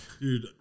dude